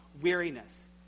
weariness